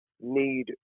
need